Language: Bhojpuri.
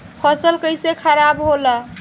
फसल कैसे खाराब होला?